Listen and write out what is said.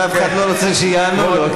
ואף אחד לא רוצה שיענו לו.